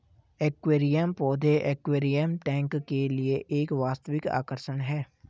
aquarium पौधे aquarium tank के लिए एक वास्तविक आकर्षण है